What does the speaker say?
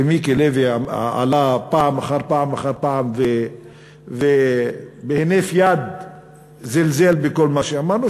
ומיקי לוי עלה פעם אחר פעם אחר פעם ובהינף יד זלזל בכל מה שאמרנו,